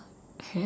have